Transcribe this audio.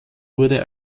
wurde